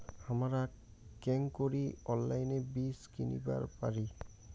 হামরা কেঙকরি অনলাইনে বীজ কিনিবার পারি?